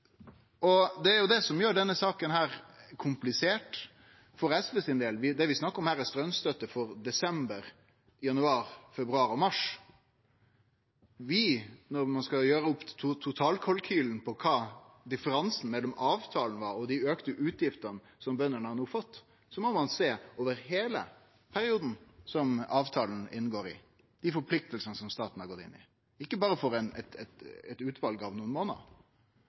Det er det som gjer denne saka komplisert. Det vi snakkar om her, er straumstøtte for desember, januar, februar og mars. SV meiner at når ein skal gjere opp totalkalkylen for differansen mellom avtalen og dei auka utgiftene som bøndene no har fått, må ein sjå på heile perioden som avtalen inngår i, dei forpliktingane som staten har gått inn i, ikkje berre på eit utval av nokre månader. For jordbruket har ei fastsetjing av inntekt som er heilt annleis enn andre delar av